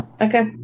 Okay